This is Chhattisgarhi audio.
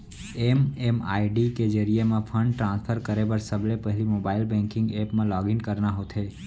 एम.एम.आई.डी के जरिये म फंड ट्रांसफर करे बर सबले पहिली मोबाइल बेंकिंग ऐप म लॉगिन करना होथे